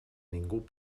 ningú